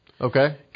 Okay